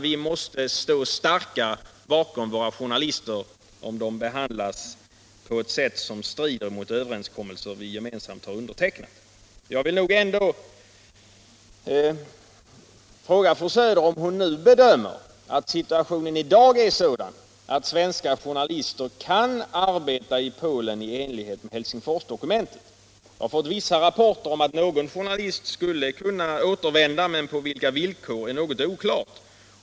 Vi måste stå starka bakom våra journalister, om de behandlas på ett sätt som strider mot överenskommelser som de olika länderna gemensamt har undertecknat. Jag vill ändå fråga fru Söder, om hon bedömer att situationen i dag är sådan, att svenska journalister kan arbeta i Polen i enlighet med vad som föreskrivs i Helsingforsdokumentet. Jag har fått vissa rapporter som säger att någon journalist skulle kunna återvända till Polen, men på vilka villkor är något oklart.